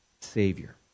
Savior